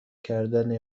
کردن